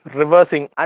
reversing